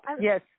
yes